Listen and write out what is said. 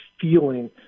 feeling